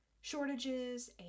shortages